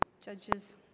Judges